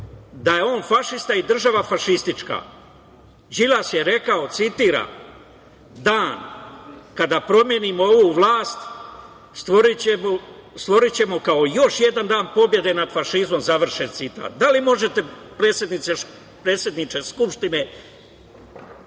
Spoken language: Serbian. da je on fašista i da je država fašistička. Đilas je rekao, citira: „dan kada promenimo ovu vlast stvorićemo kao još jedan dan pobede nad fašizmom“, završen citat. Da li možete, predsedniče Skupštine,